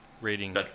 rating